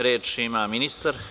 Reč ima ministar.